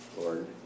lord